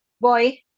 boy